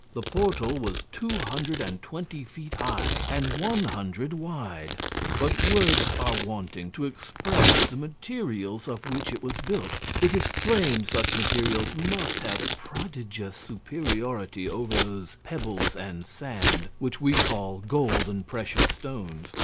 the portal was two hundred and twenty feet high, and one hundred wide but words are wanting to express the materials of which it was built. it is plain such materials must have prodigious superiority over those pebbles and sand which we call gold and precious stones.